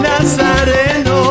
Nazareno